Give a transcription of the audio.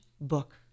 book